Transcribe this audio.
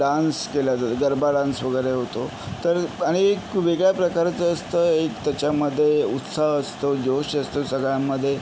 dance केल्या जा garba dance वगैरे होतो तर आणि एक वेगळ्या प्रकाराचं असतं एक त्याच्यामध्ये उत्साह असतो जोश असतो सगळ्यांमध्ये